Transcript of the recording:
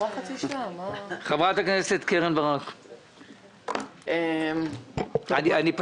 חברת הכנסת קרן ברק, בבקשה.